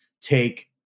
take